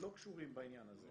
הם לא קשורים בעניין הזה.